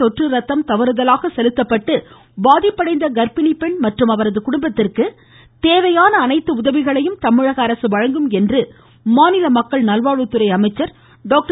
தொற்று ரத்தம் தவறுதலாக செலுத்தப்பட்டு பாதிப்படைந்த கர்ப்பிணி பெண் மற்றும் அவரது குடும்பத்திற்கு தேவையான அனைத்து உதவிகளையும் தமிழக அரசு வழங்கும் என்று மாநில மக்கள் நல்வாழ்வுத்துறை அமைச்சர் டாக்டர்